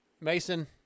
Mason